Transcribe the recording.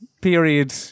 period